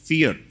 Fear